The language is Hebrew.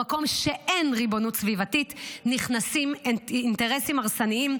במקום שאין ריבונות סביבתית נכנסים אינטרסים הרסניים,